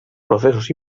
procesos